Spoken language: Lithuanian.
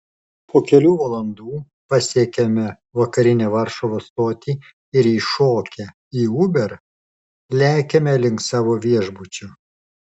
po kelių valandų pasiekiame vakarinę varšuvos stotį ir įšokę į uber lekiame link savo viešbučio